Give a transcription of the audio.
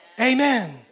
Amen